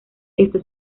esto